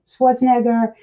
Schwarzenegger